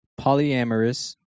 Polyamorous